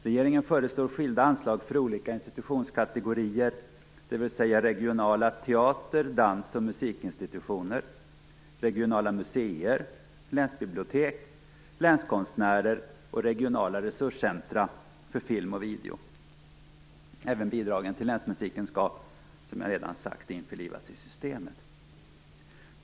Regeringen föreslår skilda anslag för olika institutionskategorier, dvs. regionala teater-, dans och musikinstitutioner, regionala museer, länsbibliotek, länskonstnärer och regionala resurscentrum för film och video. Även bidragen till länsmusiken skall, som jag redan sagt, införlivas i systemet.